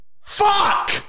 Fuck